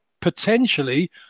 potentially